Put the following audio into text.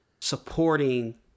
supporting